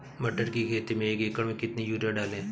मटर की खेती में एक एकड़ में कितनी यूरिया डालें?